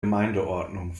gemeindeordnung